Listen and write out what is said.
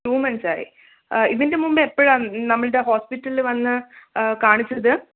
two months ആയി ഇതിന് മുൻപ് എപ്പോഴാണ് നമ്മളുടെ ഹോസ്പിറ്റലിൽ വന്ന് കാണിച്ചത്